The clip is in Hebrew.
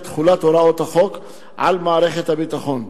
תחולת הוראות החוק על מערכת הביטחון.